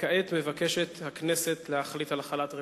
וכעת מתבקשת הכנסת להחליט על החלת רציפות.